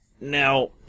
Now